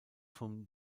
vom